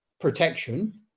protection